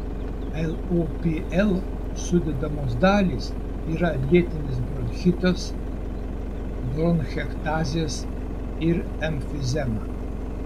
lopl sudedamos dalys yra lėtinis bronchitas bronchektazės ir emfizema